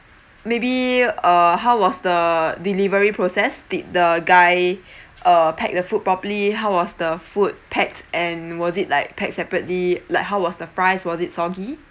maybe uh how was the delivery process did the guy uh packed the food properly how was the food packed and was it like packed separately like how was the fries was it soggy